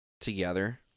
together